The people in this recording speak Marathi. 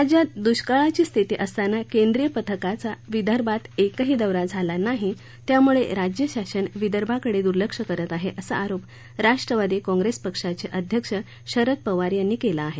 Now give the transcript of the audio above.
राज्यात दुष्काळाची स्थिती असताना केंद्रीय पथकाचा विदर्भात एकही दौरा झाला नाही त्यामुळे राज्यशासन विदर्भाकडे दुर्लक्ष करत आहे असा आरोप राष्ट्रवादी कॉंप्रेस पक्षाचे अध्यक्ष शरद पवार यांनी केला आहे